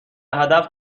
هدف